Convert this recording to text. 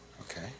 Okay